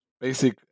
basic